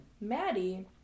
Maddie